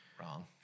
Wrong